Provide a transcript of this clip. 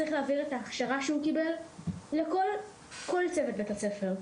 צריך להעביר את ההכשרה שהוא קיבל לכל צוות בית הספר,